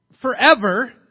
forever